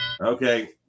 Okay